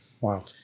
Wow